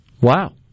Wow